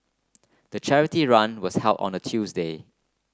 the charity run was held on a Tuesday